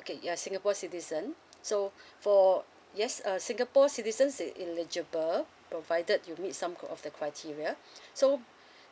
okay you're singapore citizen so for yes err singapore citizen is eligible provided you need some kind of the criteria so